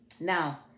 Now